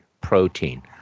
protein